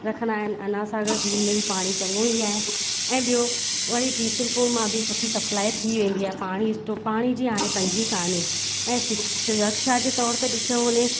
रखंदा आहिनि अनासागर झील में बि पाणी चङो ई आए ऐं ॿियो वरी टीसुरपुर मां बि सुठी सप्लाई थी वेंदी आ पाणी स्टु पाणीअ जी हाणे तंगी कोन्हे ऐं सिक सुरक्षा जे तौर ते ॾिसियो वञे